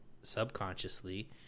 subconsciously